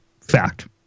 fact